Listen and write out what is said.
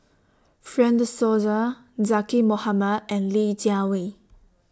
Fred De Souza Zaqy Mohamad and Li Jiawei